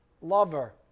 lover